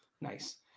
Nice